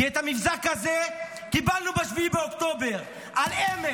כי את המבזק הזה קיבלנו ב-7 באוקטובר על אמת.